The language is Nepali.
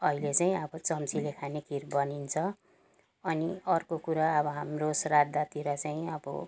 अहिले चाहिँ अब चम्चीले खाने खिर बनिन्छ अनि अर्को कुरा अब हाम्रो श्राद्धतिर चाहिँ अब